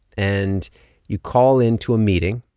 and you call into a meeting,